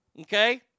okay